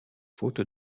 faute